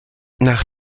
nach